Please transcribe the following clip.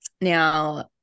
now